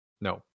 No